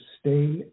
stay